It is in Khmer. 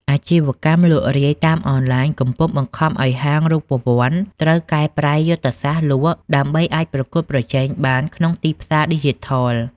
អាជីវកម្មលក់រាយតាមអនឡាញ កំពុងបង្ខំឱ្យហាងរូបវន្តត្រូវកែប្រែយុទ្ធសាស្ត្រលក់ ដើម្បីអាចប្រកួតប្រជែងបានក្នុងទីផ្សារឌីជីថល។